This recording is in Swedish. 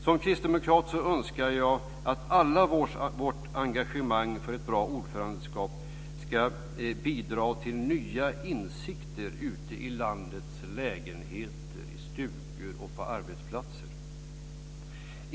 Som kristdemokrat önskar jag att allas vårt engagemang för ett bra ordförandeskap ska bidra till nya insikter ute i landets lägenheter, stugor och på arbetsplatser.